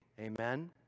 Amen